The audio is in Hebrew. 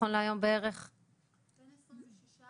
ברגע שקופסה